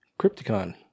Crypticon